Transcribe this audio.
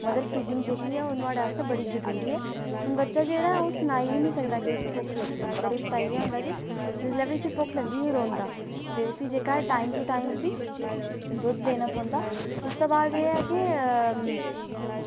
mother feeding जेह्ड़ी ऐ ओह्दे आस्तै बड़ी जरूरी ऐ हुन बच्चा जेह्ड़ा ऐ ओह् सनाई बी नी सकदा के उसी भुक्ख लगी दी ऐ पर उसता इयै होंदा कि जिसलै बी उसी भुक्ख लगदी ओह् रोंदा ते उसी जेह्का ऐ टाईम टू टाईम दुध्द देना पौंदा उसतै बाद एह् ऐ के